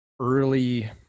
early